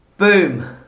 Boom